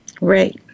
Right